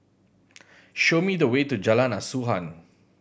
show me the way to Jalan Asuhan